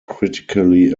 critically